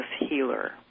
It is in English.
healer